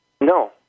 No